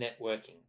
networking